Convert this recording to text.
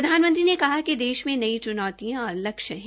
प्रधानमंत्री ने कहा कि देश में नई च्नौतियों और लक्ष्य है